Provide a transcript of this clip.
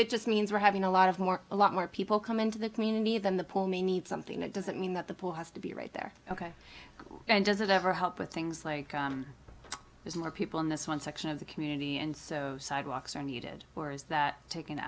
it just means we're having a lot of more a lot more people come into the community than the poor may need something that doesn't mean that the pool has to be right there ok and does it ever help with things like there's more people in this one section of the community and so sidewalks are needed where is that taken